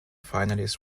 finalist